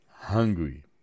hungry